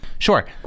Sure